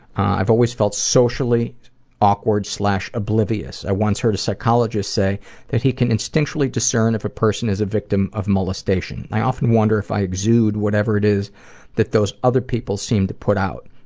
i've always felt socially awkward oblivious. i once heard a psychologist say that he can instinctually discern if a person is a victim of molestation. i often wonder if i exude whatever it is that those other people seem to put out.